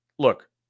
Look